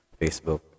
Facebook